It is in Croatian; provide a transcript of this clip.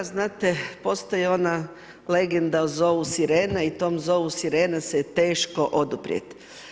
Znate postoji ona legenda o zovu sirena i tom zovu sirena se teško oduprijet.